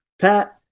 Pat